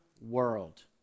world